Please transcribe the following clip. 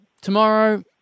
tomorrow